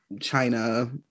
china